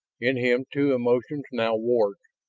in him two emotions now warred.